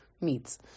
meets